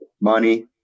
money